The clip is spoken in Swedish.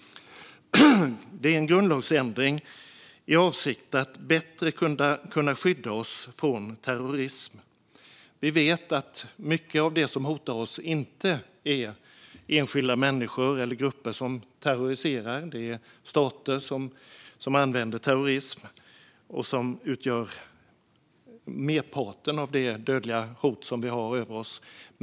Det är en grundlagsändring i avsikt att bättre kunna skydda oss från terrorism. Vi vet att mycket av det som hotar oss inte är enskilda människor eller grupper som terroriserar. Det är stater som använder terrorism och som utgör merparten av det dödliga hot som vi har över oss.